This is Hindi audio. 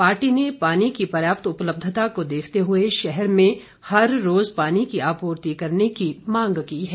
पार्टी ने पानी की पर्याप्त उपलब्धता को देखते हुए शहर में हर रोज पानी की आपूर्ति करने की मांग की है